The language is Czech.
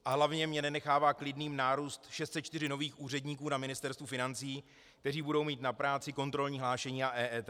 A hlavně mě nenechává klidným nárůst 604 nových úředníků na Ministerstvu financí, kteří budou mít na práci kontrolní hlášení a EET.